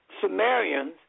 Sumerians